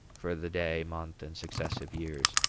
for the day, month, and successive years,